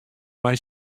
mei